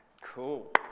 cool